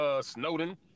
Snowden